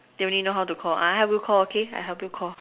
they only know how to Call I help you Call okay I help you Call